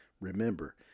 remember